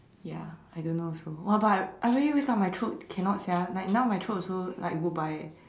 ya I don't know also !wah! but I really wake up my throat cannot sia like now my throat also like goodbye